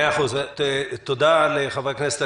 תודה לחברי הכנסת.